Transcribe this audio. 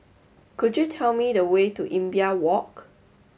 could you tell me the way to Imbiah Walk